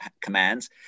commands